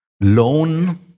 loan